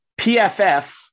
PFF